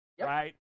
right